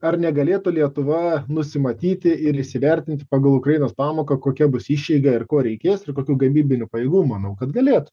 ar negalėtų lietuva nusimatyti ir įsivertinti pagal ukrainos pamoką kokia bus išeiga ir ko reikės ir kokių gamybinių pajėgumų manau kad galėtų